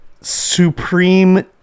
Supreme